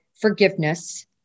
forgiveness